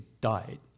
died